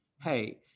hey